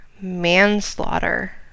manslaughter